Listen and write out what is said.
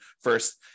first